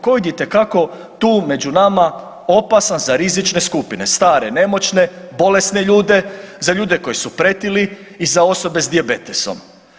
Covid je itekako tu među nama, opasan za rizične skupine, stare, nemoćne, bolesne ljude, za ljude koji su pretili i za osobe s dijabetesom.